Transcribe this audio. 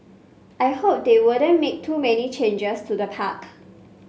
I hope they won't make too many changes to the park